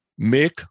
Mick